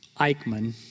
Eichmann